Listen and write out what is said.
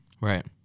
Right